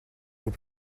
vous